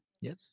yes